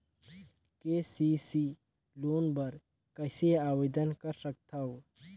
KCC loan बर कइसे आवेदन कर सकथव?